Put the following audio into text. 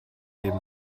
neben